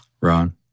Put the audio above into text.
Ron